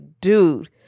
dude